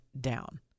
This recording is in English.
down